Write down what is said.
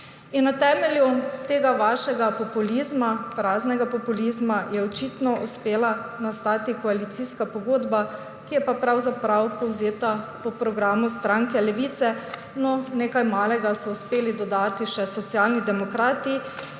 Na temelju tega vašega populizma, praznega populizma je očitno uspela nastati koalicijska pogodba, ki je pravzaprav povzeta po programu stranke Levica, no, nekaj malega so uspeli dodati še Socialni demokrati